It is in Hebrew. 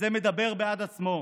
זה מדבר בעד עצמו,